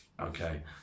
okay